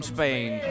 Spain